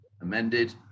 amended